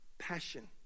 passion